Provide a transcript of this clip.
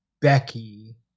Becky